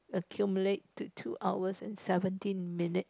accumulate to two hours and seventeen minute